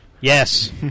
Yes